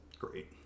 great